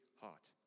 heart